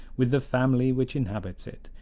with the family which inhabits it,